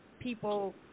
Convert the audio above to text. people